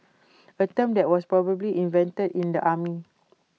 A term that was probably invented in the army